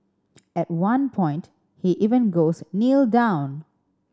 at one point he even goes Kneel down